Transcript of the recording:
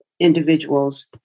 individuals